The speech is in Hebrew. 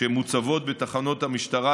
שמוצבות בתחנות המשטרה,